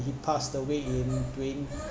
he passed away in twenty